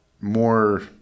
more